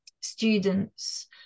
students